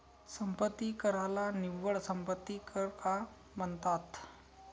संपत्ती कराला निव्वळ संपत्ती कर का म्हणतात?